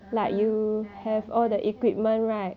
ah ya ya can can